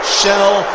shell